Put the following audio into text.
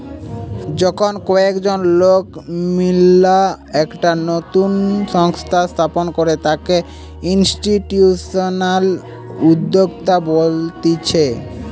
যখন কয়েকজন লোক মিললা একটা নতুন সংস্থা স্থাপন করে তাকে ইনস্টিটিউশনাল উদ্যোক্তা বলতিছে